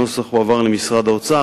הנוסח הועבר למשרד האוצר,